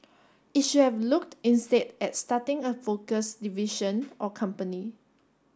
it should have looked instead at starting a focused division or company